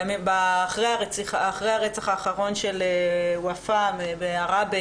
אחר הרצח האחרון של ופאא בעראבה